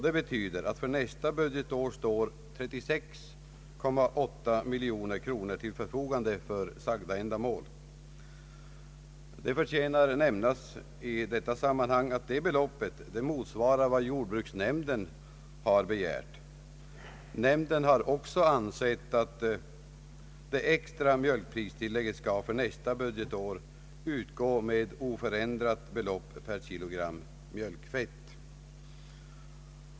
Detta betyder att för nästa budgetår står 36,8 miljoner kronor till förfogande för sagda ändamål, Det förtjänar nämnas i detta sammanhang att detta belopp motsvarar vad jordbruksnämnden har begärt. Nämnden har. också ansett att det extra mjölkpristillägget skall för nästa budgetår utgå med oförändrat belopp per kilogram mjölkfett.